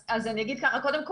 אז אני אגיד ככה: קודם כל,